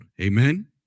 Amen